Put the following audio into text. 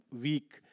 week